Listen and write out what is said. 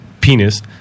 penis